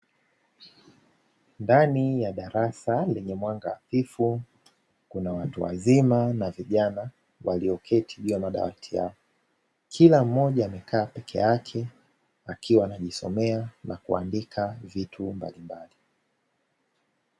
Ndani ya darasa lenye mwanga hafifu, Kuna watu wazima na vijana walioketi juu ya madawati yao, Kila mmoja amekaa peke yake akiwa anajisomea na kuandika vitu mbalimbali.